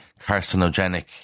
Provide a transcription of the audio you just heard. carcinogenic